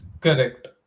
Correct